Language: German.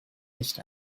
nicht